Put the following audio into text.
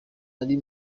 ari